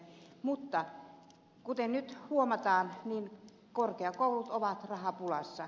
mutta kuten nyt huomataan korkeakoulut ovat rahapulassa